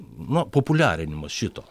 na populiarinimas šito